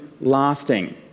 lasting